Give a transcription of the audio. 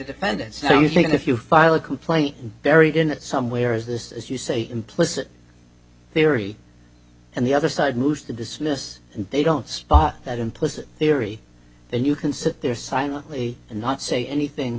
defendant so you think if you file a complaint and bury it in some way or is this as you say implicit theory and the other side moves to dismiss and they don't spot that implicit theory then you can sit there silently and not say anything